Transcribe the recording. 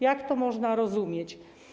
Jak to można rozumieć?